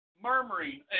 murmuring